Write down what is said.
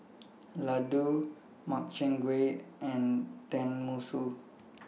Ladoo Makchang Gui and Tenmusu